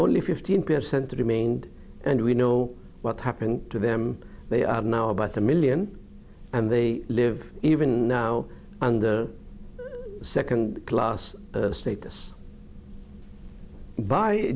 only fifteen percent remained and we know what happened to them they are now about a million and they live even now and second class status by